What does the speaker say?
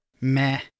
Meh